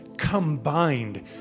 combined